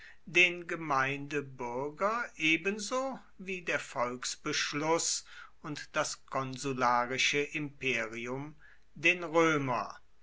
den gemeindebürger ebenso wie der volksbeschluß und das konsularische imperium den römer